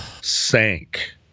sank